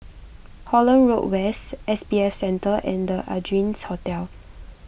Holland Road West S B F Center and the Ardennes Hotel